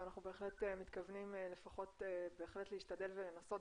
ואנחנו בהחלט מתכוונים לפחות להשתדל ולנסות,